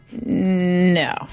no